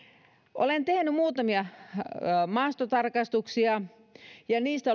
olen tehnyt muutamia maastotarkastuksia ja ainakin niistä